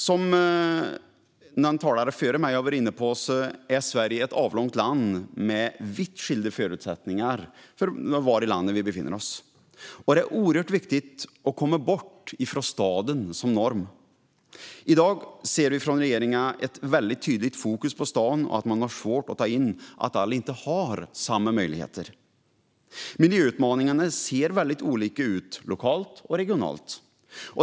Som talare före mig varit inne på är Sverige ett avlångt land med vitt skilda förutsättningar beroende på var i landet vi befinner oss. Det är oerhört viktigt att komma bort från staden som norm. I dag ser vi att regeringen har ett mycket tydligt fokus på staden och svårt att ta in att alla inte har samma möjligheter. Miljöutmaningarna ser väldigt olika ut lokalt och regionalt.